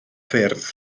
ffyrdd